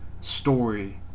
story